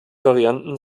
varianten